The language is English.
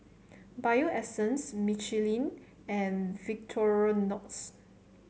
Bio Essence Michelin and Victorinox